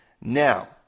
Now